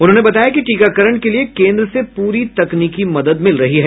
उन्होंने बताया कि टीकाकरण के लिये केन्द्र से पूरी तकनीकी मदद मिल रही है